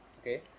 Okay